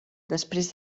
després